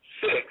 six